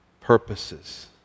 purposes